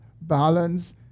balance